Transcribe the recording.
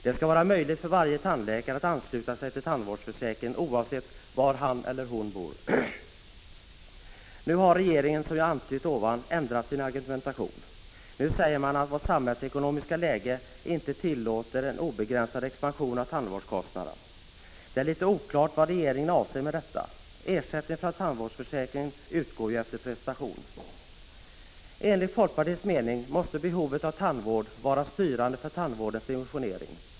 Det skall vara möjligt för varje tandläkare att ansluta sig till tandvårdsförsäkringen, oavsett var han eller hon bor. Nu har regeringen, som jag antytt, ändrat sin argumentation. Nu säger man att vårt samhällsekonomiska läge inte tillåter en obegränsad expansion av tandvårdskostnaderna. Det är litet oklart vad regeringen avser med detta. Ersättningen från tandvårdsförsäkringen utgår ju efter prestation. Enligt folkpartiets mening måste behovet av tandvård vara styrande för tandvårdens dimensionering.